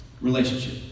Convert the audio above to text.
relationship